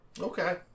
Okay